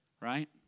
Right